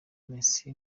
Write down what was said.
mesi